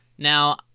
Now